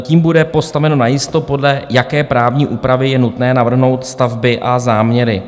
Tím bude postaveno najisto, podle jaké právní úpravy je nutné navrhnout stavby a záměry.